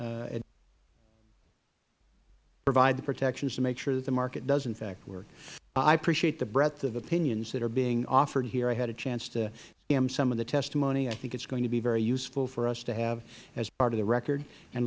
provide the protections to make sure that the market does in fact work i appreciate the breadth of opinions that are being offered i had a chance to skim some of the testimony i think it is going to be very useful for us to have as part of the record and